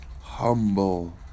humble